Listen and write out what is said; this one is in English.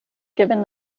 given